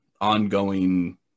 ongoing